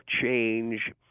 change